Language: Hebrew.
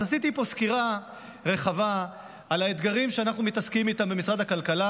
אז עשיתי פה סקירה רחבה על האתגרים שאנחנו מתעסקים איתם במשרד הכלכלה,